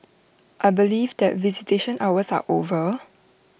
I believe that visitation hours are over